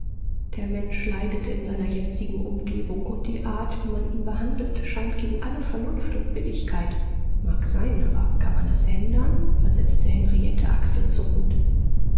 der mensch leidet in seiner jetzigen umgebung und die art wie man ihn behandelt scheint gegen alle vernunft und billigkeit mag sein aber kann man es ändern versetzte henriette achselzuckend